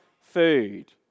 food